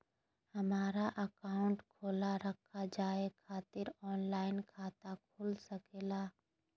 हमारा अकाउंट खोला रखा जाए खातिर ऑनलाइन खाता खुल सके ला?